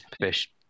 Fish